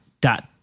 dot